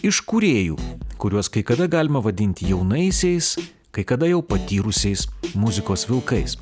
iš kūrėjų kuriuos kai kada galima vadinti jaunaisiais kai kada jau patyrusiais muzikos vilkais